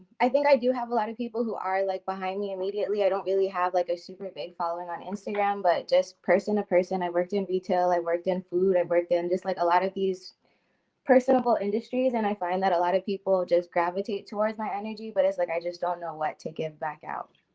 i think i do have a lot of people who are like behind me immediately. i don't really have like a super big following on instagram but just person to person i worked in retail, i worked in food, i worked in just like a lot of these personable industries and i find that a lot of people just gravitate towards my energy, but it's like, i just don't know what to give back out.